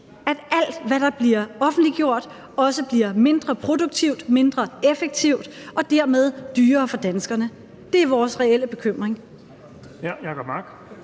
at alt, hvad der bliver offentliggjort, også bliver mindre produktivt, mindre effektivt og dermed dyrere for danskerne? Det er vores reelle bekymring.